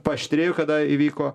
paaštrėjo kada įvyko